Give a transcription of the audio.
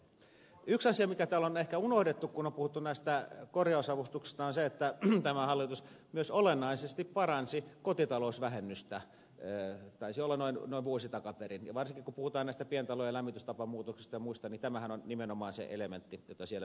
yksi asia mikä täällä on ehkä unohdettu kun on puhuttu korjausavustuksista on se että tämä hallitus myös olennaisesti paransi kotitalousvähennystä taisi olla noin vuosi takaperin ja varsinkin kun puhutaan näistä pientalojen lämmitystapamuutoksista ja muista niin tämähän on nimenomaan se elementti jota siellä pitäisi käyttää